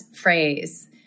phrase